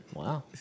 Wow